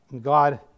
God